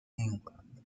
england